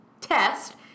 test